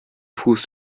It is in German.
fuß